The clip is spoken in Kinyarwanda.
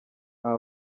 aba